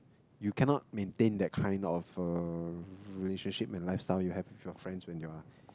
you cannot maintain that kind of uh relationship and lifestyle you have with your friends when you are